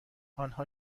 آنها